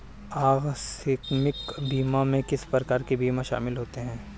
आकस्मिक बीमा में किस प्रकार के बीमा शामिल होते हैं?